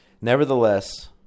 Nevertheless